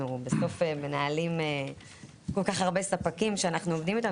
אנחנו בסוף מנהלים כל כך הרבה ספקים שאנחנו עובדים איתם,